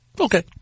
Okay